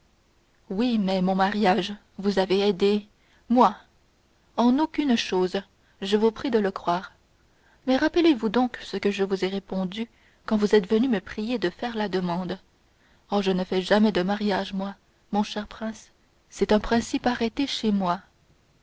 oui mais mon mariage vous avez aidé moi en aucune chose je vous prie de le croire mais rappelez-vous donc ce que je vous ai répondu quand vous êtes venu me prier de faire la demande oh je ne fais jamais de mariage moi mon cher prince c'est un principe arrêté chez moi